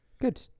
Good